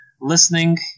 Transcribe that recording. listening